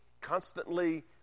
constantly